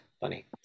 Funny